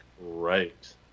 Right